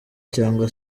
cyangwa